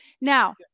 Now